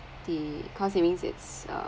they cause savings it's err